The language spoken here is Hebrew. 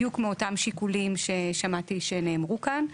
בדיוק מאותם שיקולים ששמעתי שנאמרו כאן.